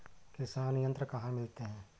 किसान यंत्र कहाँ मिलते हैं?